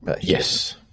Yes